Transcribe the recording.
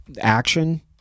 action